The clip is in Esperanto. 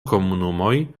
komunumoj